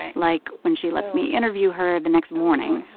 like when she lets me interview her the next morning,